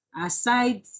Aside